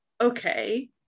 okay